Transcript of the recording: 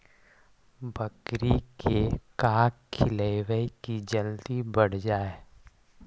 बकरी के का खिलैबै कि जल्दी बढ़ जाए?